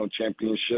championship